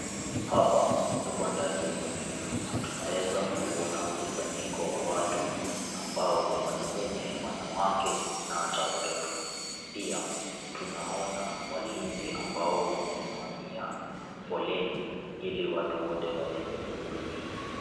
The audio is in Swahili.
Hapa tuko ndani ya jamii, tunaeza kuona mkusanyiko wa watu ambao ni wanaume, wanawake na hata watoto. Pia tunaona walinzi ambao wamesimamia foleni ili watu wote waeze kuhudumiwa.